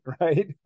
right